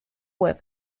web